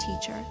teacher